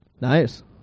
Nice